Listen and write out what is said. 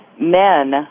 men